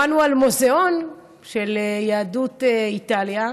שמענו על מוזיאון של יהדות איטליה,